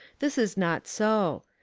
this is not so.